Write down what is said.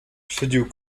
szydził